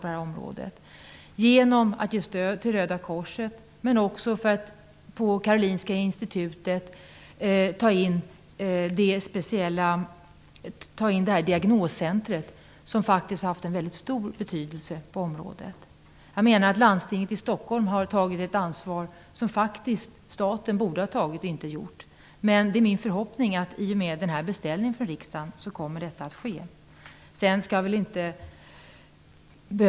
De har gett stöd till Röda korset, och på Karolinska institutet har man inrättat ett diagnoscenter, vilket faktiskt har haft en mycket stor betydelse på området. Landstinget i Stockholm har tagit ett ansvar som staten faktiskt borde ha gjort. Men i och med denna beställning från riksdagen är det min förhoppning att detta kommer att ske.